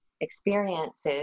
experiences